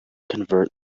convert